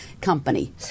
company